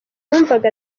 numvaga